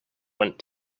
went